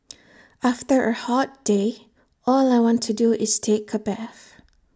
after A hot day all I want to do is take A bath